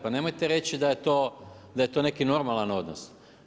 Pa nemojte reći da je to neki normalni odnos.